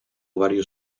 varios